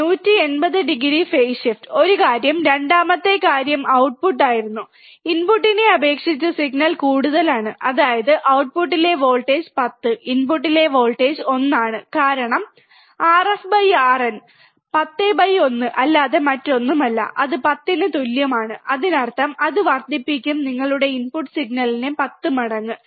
180 degree phase shift ഒരു കാര്യം രണ്ടാമത്തെ കാര്യം ഔട്ട്പുട്ട് ആയിരുന്നു ഇൻപുട്ടിനെ അപേക്ഷിച്ച് സിഗ്നൽ കൂടുതലാണ് അതായത് ഔട്ടുംട്ട്പുട്ടിലെ വോൾട്ടേജ് 10 ഇൻപുട്ടിൽ വോൾട്ടേജ് 1 ആണ് കാരണം RfRin 101 അല്ലാതെ മറ്റൊന്നുമല്ല അത് 10 ന് തുല്യമാണ് അതിനർത്ഥം അത് വർദ്ധിപ്പിക്കും ഇൻപുട്ട് സിഗ്നലിന്റെ 10 മടങ്ങ്